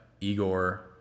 Igor